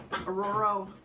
Aurora